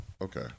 okay